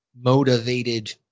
motivated